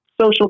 social